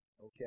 okay